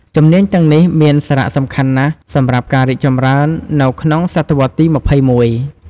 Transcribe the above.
ជំនាញទាំងនេះមានសារៈសំខាន់ណាស់សម្រាប់ការរីកចម្រើននៅក្នុងសតវត្សទី ២១។